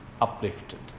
uplifted